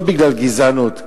לא בגלל גזענות.